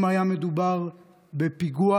אם היה מדובר בפיגוע